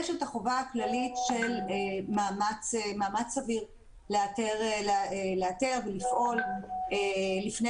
יש חובה כללית של מאמץ סביר לאתר ולפעול לפני